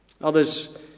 Others